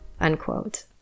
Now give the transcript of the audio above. unquote